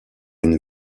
une